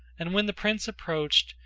and when the prince approached,